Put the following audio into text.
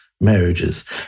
marriages